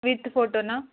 with ఫోటోనా